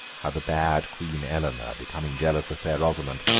how the bad queen eleanor, becoming jealous of fair rosamond,